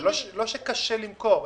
לא שקשה למכור,